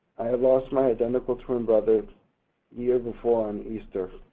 i had lost my identical twin brother year before on easter.